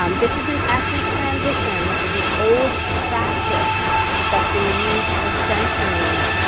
um this is an ethnic transition, this is an old practice that's been used for centuries.